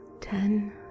ten